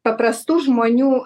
paprastų žmonių